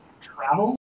travel